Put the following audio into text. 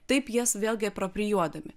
taip jas vėlgi aproprijuodami